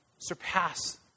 surpass